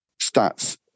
stats